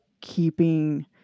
keeping